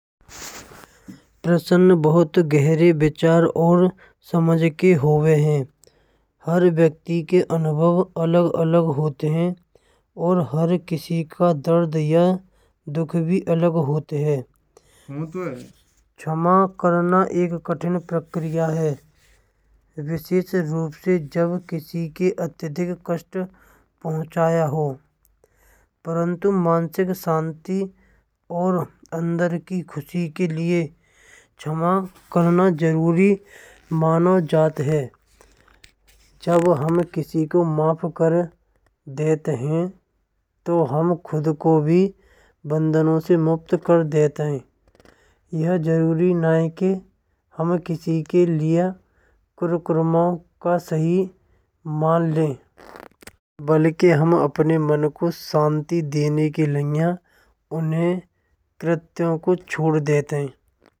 प्रसन्न बहुत गहरे विचार और समझ के होवे हैं। हर व्यक्ति के अनुभव अलग अलग होते हैं और हर किसी का दर्द या दुख भी अलग होते हैं। शमा करना एक कठिन प्रक्रिया है रूप से जब किसी के अत्यधिक कष्ट पहुँचाया हो। परंतु मानसिक शांति और अंदर की खुशी के लिए क्षमा करना जरूरी माना जात है। हम किसी को माफ करन देते हैं तो हम खुद को भी बंधनों से मुक्त कर देता है। ये जरूरी नहीं कि हमें किसी के लिए कुकर्मों का सही मान लें। बल्कि हम अपने मन को शांति देने के लिए उन्हें कृत्यों को छोड़ देते हैं।